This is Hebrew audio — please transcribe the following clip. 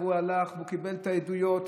והלך וקיבל את העדויות.